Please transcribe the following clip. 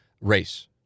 race